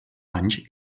anys